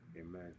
Amen